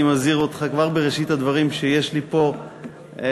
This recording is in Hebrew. אני מזהיר אותך כבר בראשית הדברים שיש לי פה דוקומנטים